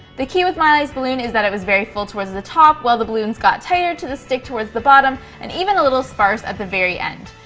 the key with miley's balloon is that it was very full towards the top while the balloons got tighter to the stick towards the bottom and even a little sparse at the very end.